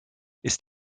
ist